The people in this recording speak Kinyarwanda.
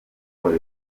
cyose